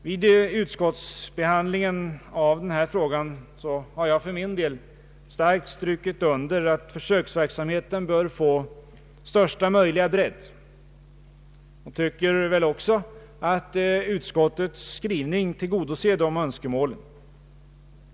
Vid utskottsbehandlingen av denna fråga har jag hävdat att försöksverksamheten bör få största möjliga bredd, och jag tycker att utskottets skrivning tillgodoser de önskemålen.